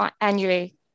annually